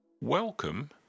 Welcome